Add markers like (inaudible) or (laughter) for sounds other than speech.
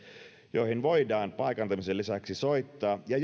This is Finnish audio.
joihin voidaan paikantamisen lisäksi soittaa ja (unintelligible)